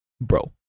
Bro